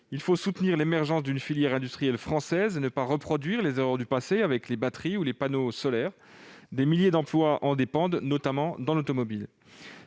Il faut soutenir l'émergence d'une filière industrielle française, sans reproduire les erreurs commises dans le passé pour les batteries ou les panneaux solaires. Des milliers d'emplois en dépendent, notamment dans le secteur automobile.